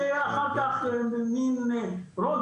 שיהיה אחר כך מן --- כזה.